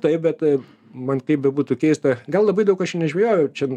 taip bet man kaip bebūtų keista gal labai daug aš nežvejojau čia